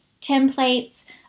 templates